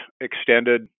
extended